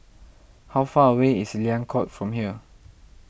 how far away is Liang Court from here